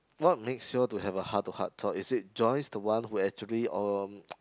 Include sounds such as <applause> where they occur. what makes you all to have a heart to heart talk is it Joyce the one who actually or <noise>